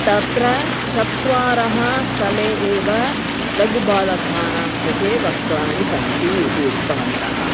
तत्र चत्वाराः स्तरे एव लघुबालकानां कृते वस्त्राणि सन्ति इति उक्तवन्तः